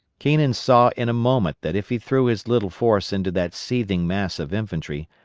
keenan saw in a moment that if he threw his little force into that seething mass of infantry,